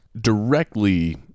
directly